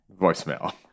Voicemail